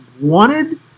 wanted